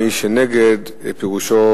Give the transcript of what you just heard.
מי שנגד פירושו